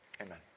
Amen